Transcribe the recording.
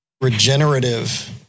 regenerative